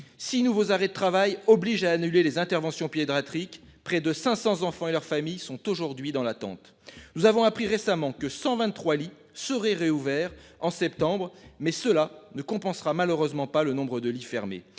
nouveaux arrêts de travail oblige à annuler les interventions Piedra. Près de 500 enfants et leurs familles sont aujourd'hui dans l'attente, nous avons appris récemment que 123 lits seraient réouvert en septembre, mais cela ne compensera malheureusement pas le nombre de lits fermés,